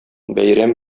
бәйрәм